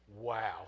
Wow